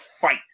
fight